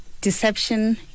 deception